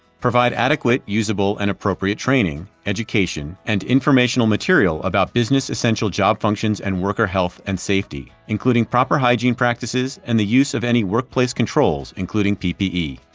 provide adequate, usable, and appropriate training, education and informational material about business-essential job functions and worker health and safety, including proper hygiene practices and the use of any workplace controls, including ppe.